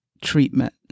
treatment